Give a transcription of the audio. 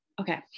okay